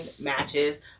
matches